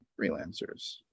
freelancers